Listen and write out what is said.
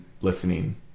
listening